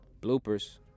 Bloopers